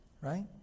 Right